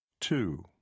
Two